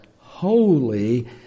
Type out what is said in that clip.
holy